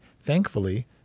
thankfully